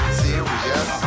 serious